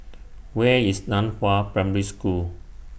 Where IS NAN Hua Primary School